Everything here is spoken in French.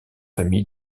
famille